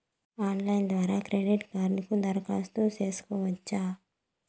Online ద్వారా credit కార్డుకు దరఖాస్తు సేసుకోవచ్చా?